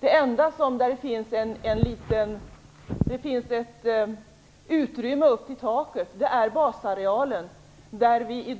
Det enda området där det finns ett litet utrymme är basarealen. Vi